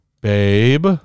Babe